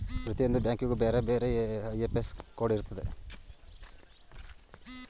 ಪ್ರತಿಯೊಂದು ಬ್ಯಾಂಕಿಗೂ ಬೇರೆ ಬೇರೆ ಐ.ಎಫ್.ಎಸ್.ಸಿ ಕೋಡ್ ಇರುತ್ತೆ